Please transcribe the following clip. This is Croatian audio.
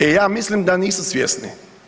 E, ja mislim da nisu svjesni.